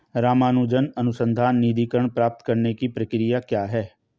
रामानुजन अनुसंधान निधीकरण प्राप्त करने की प्रक्रिया क्या है?